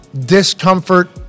discomfort